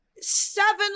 Seven